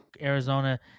arizona